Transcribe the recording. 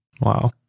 Wow